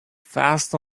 fast